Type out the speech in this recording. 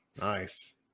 Nice